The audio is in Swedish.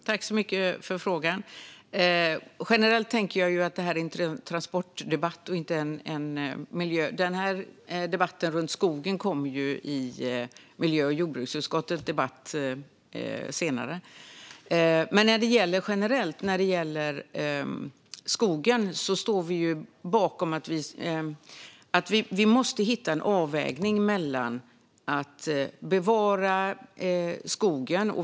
Fru talman! Tack för frågan, Ulrika Heie! Generellt tänker jag att det här är en transportdebatt och inte en miljödebatt. Frågorna runt skogen kommer i miljö och jordbruksutskottets debatt senare. När det gäller skogen står vi generellt bakom att vi måste hitta en avvägning.